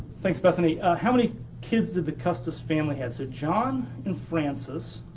thanks, bethany. how many kids did the custis family have? so john and francis,